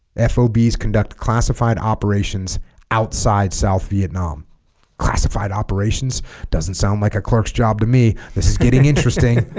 fobs conduct classified operations outside south vietnam classified operations doesn't sound like a clerk's job to me this is getting interesting